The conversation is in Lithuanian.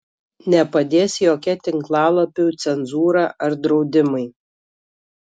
nepadės jokia tinklalapių cenzūra ar draudimai